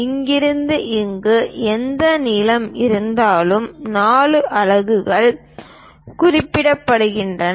இங்கிருந்து இங்கு எந்த நீளம் இருந்தாலும் 4 அலகுகள் குறிக்கப்படுகின்றன